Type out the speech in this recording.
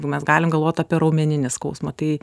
mes galim galvot apie raumeninį skausmą tai